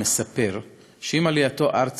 יש נקודה כואבת נוספת שצריך לתת עליה את הדעת,